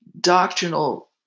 doctrinal